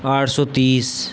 आठ सौ तीस